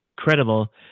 credible